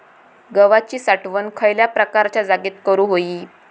गव्हाची साठवण खयल्या प्रकारच्या जागेत करू होई?